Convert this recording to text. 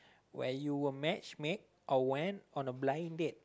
where you were match made or went on a blind date